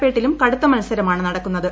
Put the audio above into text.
പേട്ടിലും കടുത്ത മത്സരമാണ് നടക്കൂന്നത്